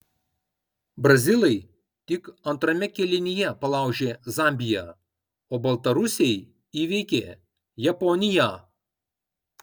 brazilai tik antrame kėlinyje palaužė zambiją o baltarusiai įveikė japoniją